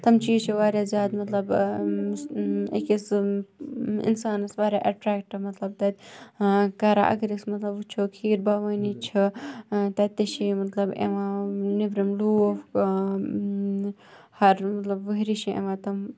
تٔمۍ چیٖز چھِ واریاہ زیادٕ مطلب یُس أکِس اِنسانَس واریاہ ایٹریکٹ مطلب تَتہِ کران اَگر أسۍ مطلب وٕچھو کھیٖر بَوٲنی چھُ تَتہِ تہٕ چھُ یِم مطلب یِوان لوٗکھ مطلب ہَر وُہرِ چھُ یِوان تِم